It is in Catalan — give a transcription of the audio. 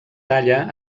talla